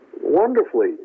wonderfully